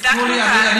אנחנו הצדקנו את, תנו לי.